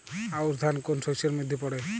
আউশ ধান কোন শস্যের মধ্যে পড়ে?